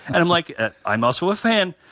and i'm like ah i'm also a fan.